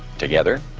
together,